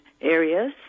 areas